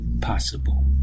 possible